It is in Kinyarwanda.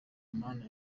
mana